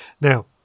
Now